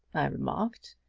i remarked.